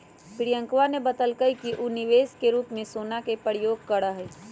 प्रियंकवा ने बतल कई कि ऊ निवेश के रूप में सोना के प्रयोग करा हई